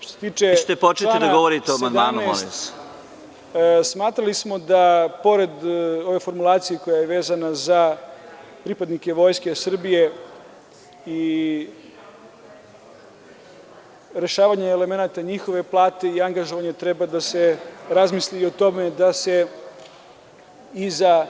Što se tiče člana 17. smatrali smo da je pored ove formulacije koja je vezana za pripadnike Vojske Srbije i rešavanje elemenata njihove plate i angažovanje treba da se razmisli o tome da se i za